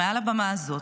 על הבמה הזאת,